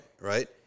right